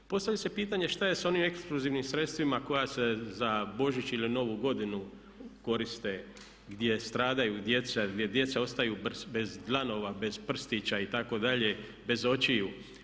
Postavlja se pitanje šta je s onim eksplozivnim sredstvima koja se za Božić ili Novu godinu koriste, gdje stradaju djeca, gdje djeca ostaju bez dlanova, bez prstića itd., bez očiju?